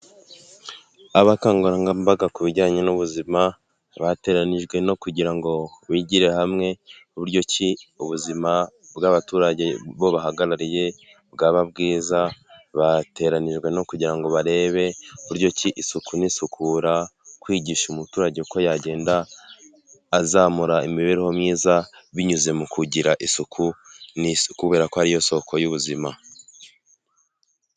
Abakangurambaga ku bijyanye n'ubuzima bateranijwe no kugira ngo bigire hamwe uburyo ki ubuzima bw'abaturage bo bahagarariye bwaba bwiza, bateranijwe no kugira ngo barebe uburyo isuku n'isukura kwigisha umuturage uko yagenda azamura imibereho myiza binyuze mu kugira isuku mu isi kubera ko ariyo soko y'ubuzima.